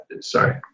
Sorry